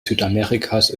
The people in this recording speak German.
südamerikas